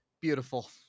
Beautiful